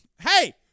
Hey